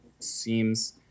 Seems